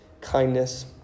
kindness